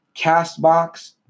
CastBox